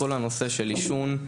לכל הנושא של עישון,